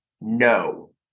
no